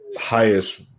highest